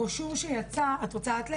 הברושור שיצא, את רוצה את להגיד?